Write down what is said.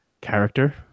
character